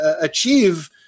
achieve